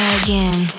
again